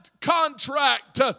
contract